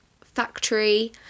factory